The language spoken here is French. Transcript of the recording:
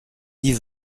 dit